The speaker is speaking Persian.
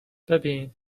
ببین